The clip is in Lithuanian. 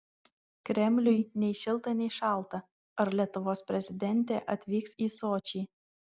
kremliui nei šilta nei šalta ar lietuvos prezidentė atvyks į sočį